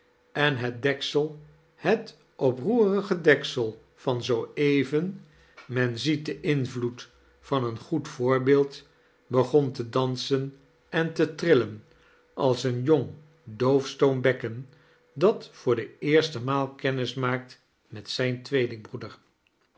en het deksel het oproerige deksel van zoo even men ziet den invloed van een goed voorbeeld begon te dansen en te trillen als een jong doofstom bekken dat voor de eerste maal kennis maakt met zijn tweelingbroeder